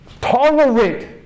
tolerate